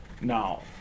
Now